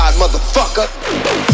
motherfucker